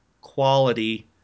quality